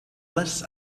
les